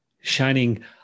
shining